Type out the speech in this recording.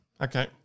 Okay